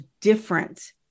different